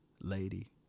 lady